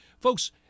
Folks